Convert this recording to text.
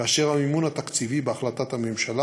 כאשר המימון התקציבי בהחלטת הממשלה